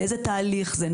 באיזה תהליך זה.